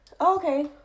okay